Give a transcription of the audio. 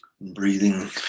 breathing